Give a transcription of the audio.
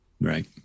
Right